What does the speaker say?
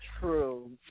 true